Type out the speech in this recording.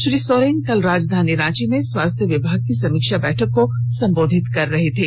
श्री सोरेन कल राजधानी रांची में स्वास्थ्य विभाग की समीक्षा बैठक को संबोधित कर रहे थे